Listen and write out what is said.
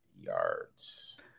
yards